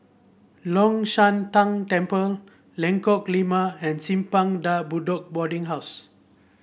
Long Shan Tang Temple Lengkok Lima and Simpang De Bedok Boarding House